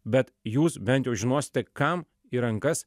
bet jūs bent jau žinosite kam į rankas